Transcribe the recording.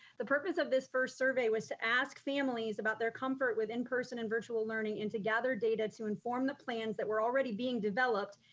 the purpose of this first survey was to ask families about their comfort with in-person and virtual learning, and to gather data to inform the plans that were already being developed,